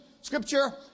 Scripture